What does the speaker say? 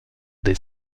des